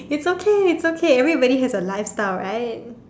it's okay it's okay everybody has a lifestyle right